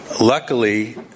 Luckily